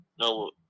no